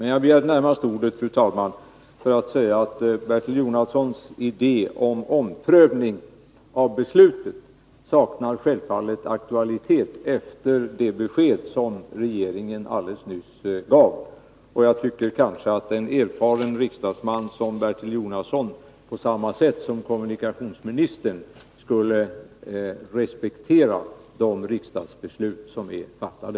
Men jag begärde närmast ordet, fru talman, för att säga att Bertil Jonassons idé om omprövning av beslutet självfallet saknar aktualitet efter det besked som regeringen alldeles nyss gav. Jag tycker kanske att en erfaren riksdagsman som Bertil Jonasson på samma sätt som kommunikationsministern skulle respektera de riksdagsbeslut som är fattade.